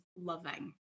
loving